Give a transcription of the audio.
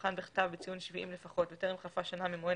המבחן בכתב בציון 70 לפחות וטרם חלפה שנה ממועד